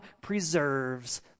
preserves